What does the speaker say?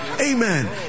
amen